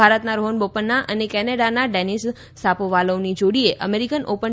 ભારતના રોહન બોપન્ના અને કેનેડાના ડેનિસ શાપોવાલોવની જોડીએ અમેરિકન ઓપન